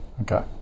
Okay